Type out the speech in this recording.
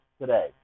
today